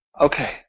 Okay